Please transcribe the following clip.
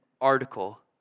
article